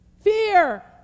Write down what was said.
fear